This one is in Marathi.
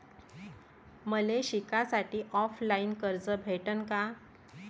मले शिकासाठी ऑफलाईन कर्ज भेटन का?